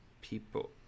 people